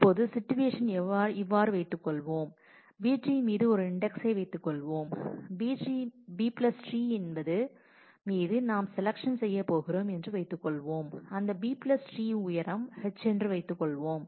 இப்போது சிட்யுவேஷன் இவ்வாறு வைத்துக் கொள்வோம் B ட்ரீ மீது ஒரு இண்டெக்ஸ்சை வைத்துக் கொள்வோம் B ட்ரீ மீது நாம் செலக்சன் செய்யப் போகிறோம் என்று வைத்துக் கொள்வோம் அந்த B ட்ரீ உயரம் h என்று வைத்துக் கொள்வோம்